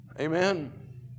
Amen